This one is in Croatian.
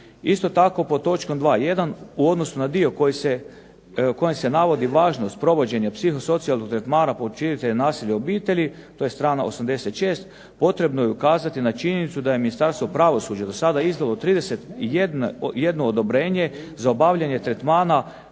Isto tako, pod točkom 2.1 u odnosu na dio u kojem se navodi važnost provođenja psihosocijalnog tretmana počinitelja nasilja u obitelji, to je strana 86, potrebno je ukazati na činjenicu da je Ministarstvo pravosuđa do sada izdalo 31 odobrenje za obavljanje tretmana